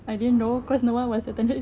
I didn't know cause no one was attendi~